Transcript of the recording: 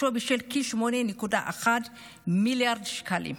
בשווי של כ-8.1 מיליארד שקלים.